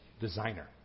designer